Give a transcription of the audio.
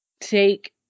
take